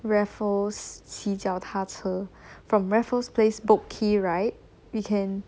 raffles 骑脚踏车 from raffles place boat quay right we can